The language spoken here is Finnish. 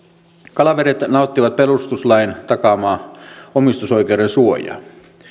kalavedet nauttivat perustuslain takaamaa omistusoikeuden suojaa